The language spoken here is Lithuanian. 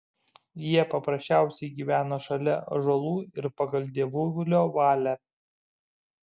jie paprasčiausiai gyveno šalia ąžuolų ir pagal dievulio valią